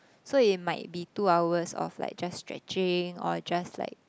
so it might be two hours of like just stretching or like just like